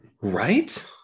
Right